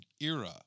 era